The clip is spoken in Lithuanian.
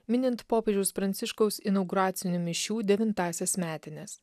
minint popiežiaus pranciškaus inauguracinių mišių devintąsias metines